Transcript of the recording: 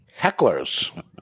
Hecklers